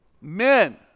Men